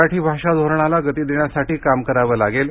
मराठी भाषा धोरणाला गती देण्यासाठी काम करावं लागेल